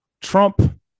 Trump